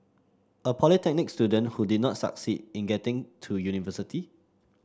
a polytechnic student who did not succeed in getting to university